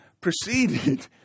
proceeded